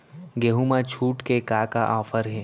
गेहूँ मा छूट के का का ऑफ़र हे?